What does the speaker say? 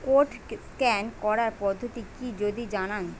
Code scan করার পদ্ধতিটি কি যদি জানান?